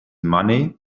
money